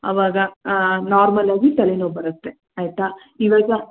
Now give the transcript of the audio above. ಆವಾಗ ನಾರ್ಮಲಾಗಿ ತಲೆನೋವು ಬರತ್ತೆ ಆಯಿತಾ ಇವಾಗ